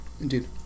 Indeed